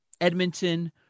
Edmonton